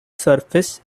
surface